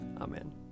Amen